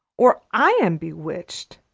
or i am bewitched.